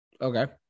okay